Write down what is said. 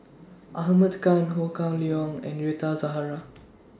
Ahmad Khan Ho Kah Leong and Rita Zahara